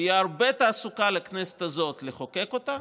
תהיה הרבה תעסוקה לכנסת הזאת לחוקק אותה,